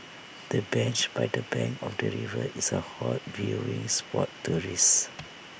the bench by the bank of the river is A hot viewing spot tourists